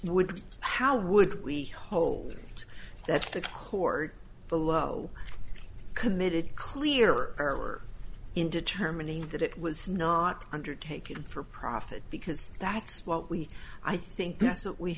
would how would we hold things that's the chord below committed clear error in determining that it was not undertaken for profit because that's what we i think that's what we